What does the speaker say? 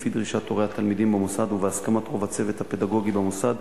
לפי דרישת הורי התלמידים במוסד ובהסכמת רוב הצוות הפדגוגי במוסד,